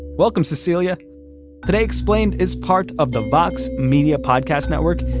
welcome, cecilia today, explained is part of the vox media podcast network.